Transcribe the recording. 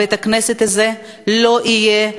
בית-הכנסת הזה לא יהיה,